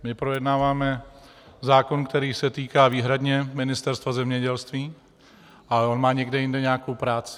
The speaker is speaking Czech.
My projednáváme zákon, který se týká výhradně Ministerstva zemědělství, ale on má někde jinde nějakou práci.